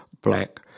Black